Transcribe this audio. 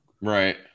Right